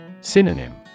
Synonym